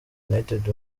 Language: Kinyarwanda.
united